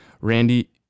Randy